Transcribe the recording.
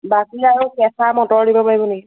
বাকী আৰু কেঁচা মটৰ দিব পাৰিব নেকি